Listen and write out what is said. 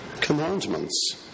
commandments